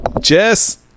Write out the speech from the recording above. Jess